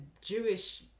Jewish